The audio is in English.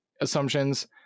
assumptions